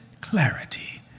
clarity